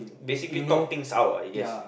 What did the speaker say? basically talk things out I guess